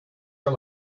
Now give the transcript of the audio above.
are